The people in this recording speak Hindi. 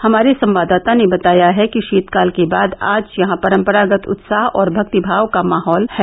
हमारे संवाददाता ने बताया है कि शीतकाल के बाद आज यहां परम्परागत उत्साह और भक्तिभाव का माहौल है